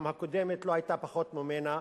גם הקודמת לא היתה פחות ממנה,